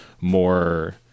more